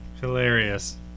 Hilarious